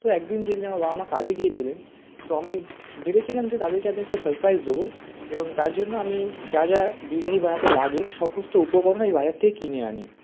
তো একদিন যেদিন আমার বাবা মা কাজে গিয়েছিলেন তো আমি ভেবেছিলাম যে তাদেরকে আমি একটা সারপ্রাইজ দেবো এবং তার জন্য আমি যা যা বিরিয়ানি বানাতে লাগে সমস্ত উপকরণ আমি বাজার থেকে কিনে আনি